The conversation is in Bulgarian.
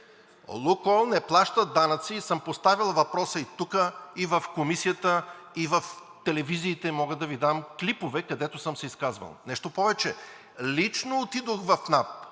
„Лукойл“ не плаща данъци и съм поставял въпроса и тук, и в Комисията, и в телевизиите – мога да Ви дам клипове, където съм се изказвал. Нещо повече – лично отидох в НАП.